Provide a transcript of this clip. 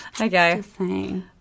Okay